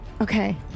okay